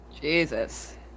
Jesus